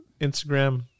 Instagram